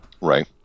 Right